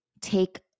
take